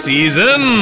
Season